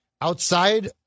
Outside